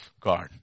God